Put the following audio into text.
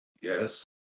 Yes